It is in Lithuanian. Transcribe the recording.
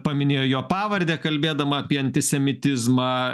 paminėjo jo pavardę kalbėdama apie antisemitizmą